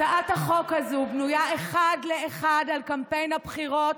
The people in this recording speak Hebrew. הצעת החוק הזו בנויה אחד לאחד על קמפיין הבחירות